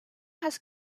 has